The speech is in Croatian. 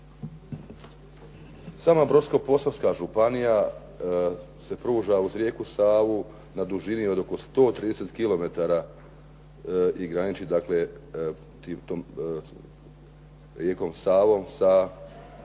Sama Brodsko-posavska županija se pruža uz rijeku Savu na dužini od oko 130 kilometara i graniči dakle tom rijekom Savom sa